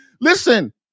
listen